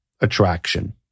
attraction